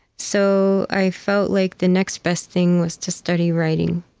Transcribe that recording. so i felt like the next best thing was to study writing.